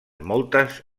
moltes